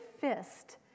fist